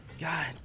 God